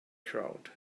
crowd